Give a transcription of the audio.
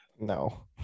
No